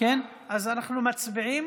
אז אנחנו מצביעים,